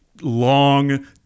long